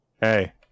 hey